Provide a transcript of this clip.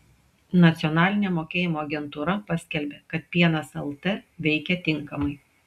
nacionalinė mokėjimo agentūra paskelbė kad pienas lt veikia tinkamai